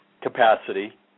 capacity –